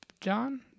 John